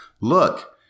look